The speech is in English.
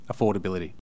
affordability